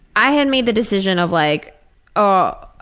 i had made the decision of like oh,